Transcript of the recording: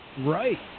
Right